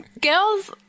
girls